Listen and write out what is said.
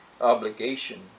obligation